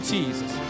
Jesus